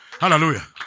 Hallelujah